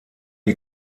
die